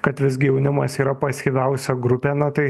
kad visgi jaunimas yra pasyviausia grupė na tai